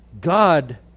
God